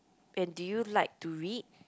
and do you like to read